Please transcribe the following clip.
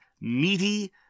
meaty